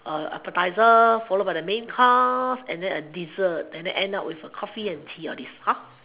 appetizer follow by the main course and then a dessert then end up with a coffee or tea or this